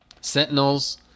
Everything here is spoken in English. Sentinels